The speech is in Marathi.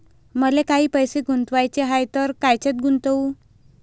मले काही पैसे गुंतवाचे हाय तर कायच्यात गुंतवू?